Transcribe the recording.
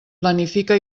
planifica